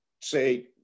say